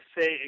say